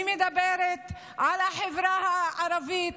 אני מדברת על החברה הערבית,